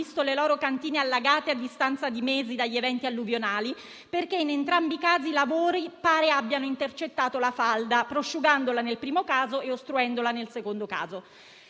visto le loro cantine allagate, a distanza di mesi dagli eventi alluvionali, perché in entrambi i casi pare che i lavori abbiano intercettato la falda, prosciugandola nel primo caso e ostruendola nel secondo.